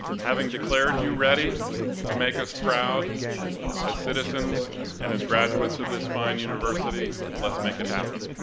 having declared you ready to make us proud as citizens and as graduates of this fine university, let's make it happen.